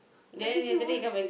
I thinking why